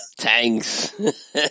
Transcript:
tanks